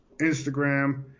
Instagram